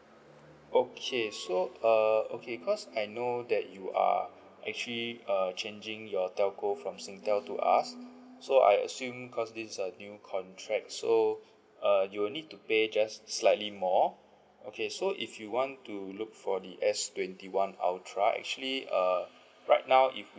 okay so err okay because I know that you are actually uh changing your telco from singtel to us so I assume because this is a new contract so uh you will need to pay just slightly more okay so if you want to look for the S twenty one ultra actually uh right now if